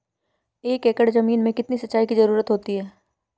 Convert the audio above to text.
एक एकड़ ज़मीन में कितनी सिंचाई की ज़रुरत होती है?